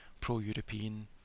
pro-European